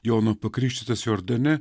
jono pakrikštytas jordane